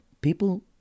People